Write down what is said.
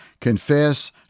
Confess